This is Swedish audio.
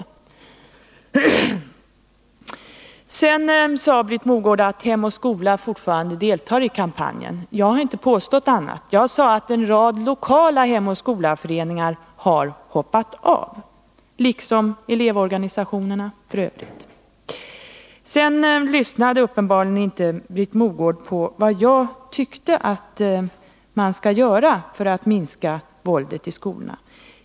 Britt Mogård sade att Hem och skola fortfarande deltar i kampanjen. Jag har inte påstått någonting annat. Jag sade att en rad lokala Hem och skola-föreningar har hoppat av kampanjen, liksom f. ö. elevorganisationerna. Britt Mogård lyssnade uppenbarligen inte på vad jag tycker att man skall göra för att minska våldet i skolorna.